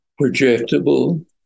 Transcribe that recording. projectable